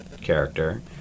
character